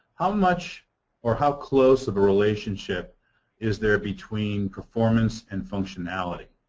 how much or how close of a relationship is there between performance and functionality?